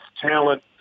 talent